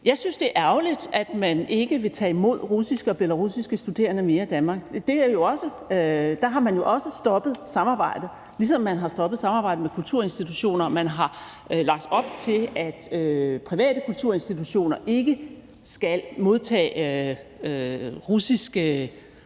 Jeg synes, det er ærgerligt, at man ikke vil tage imod russiske og belarussiske studerende mere i Danmark, for der har man jo også stoppet samarbejdet, ligesom man har stoppet samarbejdet med kulturinstitutioner. Man har lagt op til, at private kulturinstitutioner ikke skal modtage russiske